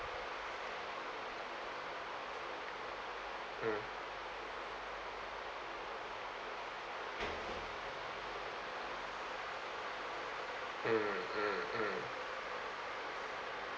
mm mm mm